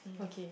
okay